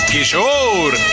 Kishore